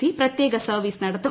C പ്രത്യക service നടത്തും